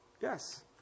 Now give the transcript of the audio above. Yes